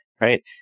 Right